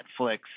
Netflix